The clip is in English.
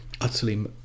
utterly